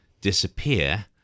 disappear